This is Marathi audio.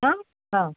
हां हां